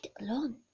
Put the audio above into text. alone